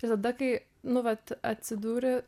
ir tada kai nu vat atsiduri